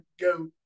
go